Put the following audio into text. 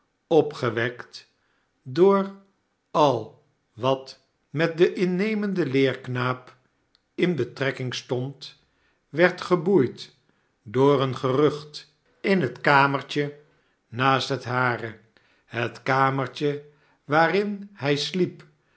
opgewekt door al wat met den innemenden leerknaap in betrekking stond werd geboeid door een gerucht in het kamertje naast het hare het kamertje waarin hij sliep